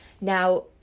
Now